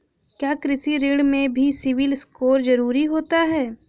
क्या कृषि ऋण में भी सिबिल स्कोर जरूरी होता है?